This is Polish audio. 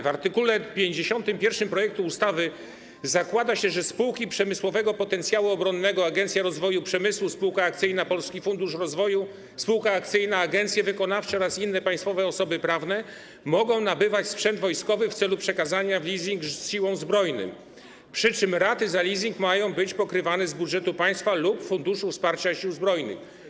W art. 51 projektu ustawy zakłada się, że spółki przemysłowego potencjału obronnego, Agencja Rozwoju Przemysłu SA, Polski Fundusz Rozwoju SA, agencje wykonawcze oraz inne państwowe osoby prawne mogą nabywać sprzęt wojskowy w celu przekazania w leasing Siłom Zbrojnym, przy czym raty za leasing mają być pokrywane z budżetu państwa lub Funduszu Wsparcia Sił Zbrojnych.